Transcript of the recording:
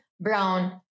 brown